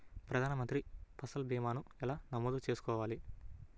ప్రధాన మంత్రి పసల్ భీమాను ఎలా నమోదు చేసుకోవాలి?